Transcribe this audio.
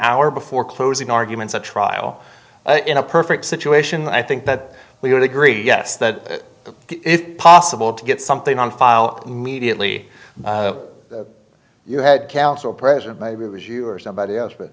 hour before closing arguments a trial in a perfect situation i think that we would agree yes that it's possible to get something on file immediately you had counsel present maybe it was you or somebody else but